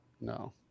no